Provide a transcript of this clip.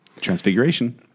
Transfiguration